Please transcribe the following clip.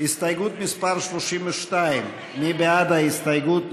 הסתייגות מס' 32, מי בעד ההסתייגות?